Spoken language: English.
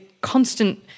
constant